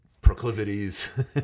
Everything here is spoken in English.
proclivities